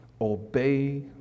obey